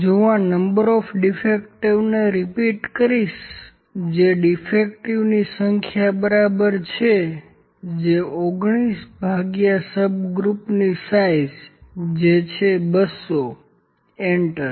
જો હું આ ડીફેક્ટિવની સંખ્યાને રીપીટ કરીશ જે ડીફેક્ટિવની સંખ્યા બરાબર છે જે 19 ભાગ્યા સબગ્રુપની સાઇઝ જે છે 200 એન્ટર